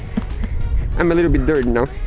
i'm a little bit dirty now.